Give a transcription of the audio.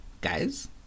Guys